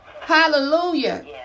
Hallelujah